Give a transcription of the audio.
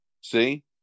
see